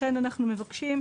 -- ולכן אנחנו מבקשים: